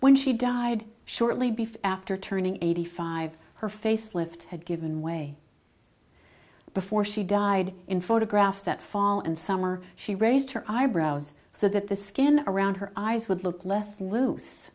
when she died shortly before after turning eighty five her facelift had given way before she died in photographs that fall and summer she raised her eyebrows so that the skin around her eyes would look less loose